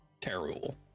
terrible